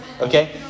okay